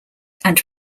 and